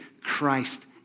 Christ